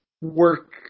work